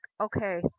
okay